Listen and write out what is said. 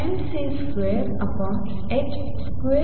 mc2h1 v2c2